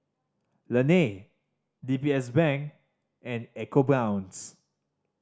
Laneige D B S Bank and ecoBrown's